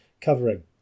covering